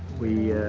we,